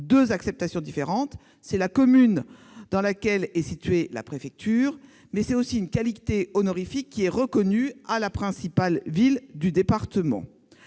deux acceptions différentes : c'est la commune dans laquelle est située la préfecture, mais aussi une qualité honorifique reconnue à la principale ville du département.